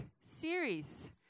series